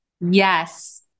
Yes